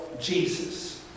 Jesus